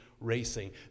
racing